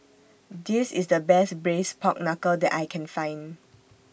This IS The Best Braised Pork Knuckle that I Can Find